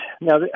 now